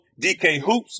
DKHOOPS